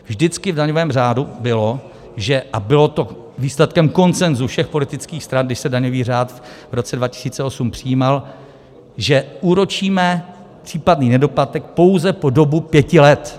Vždycky v daňovém řádu bylo a bylo to výsledkem konsenzu všech politických stran, když se daňový řád v roce 2008 přijímal že úročíme případné nedoplatek pouze po dobu pěti let.